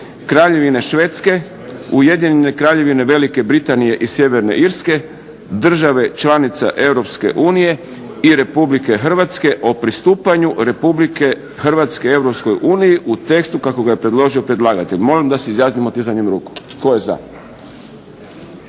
Kraljevine Švedske, Ujedinjene Kraljevine Velike Britanije i Sjeverne Irske/Države članice Europske unije/ i Republike Hrvatske o pristupanju Republike Hrvatske Europskoj uniji u tekstu kako ga je predložio predlagatelj. Molim da se izjasnimo dizanjem ruku. Tko je za?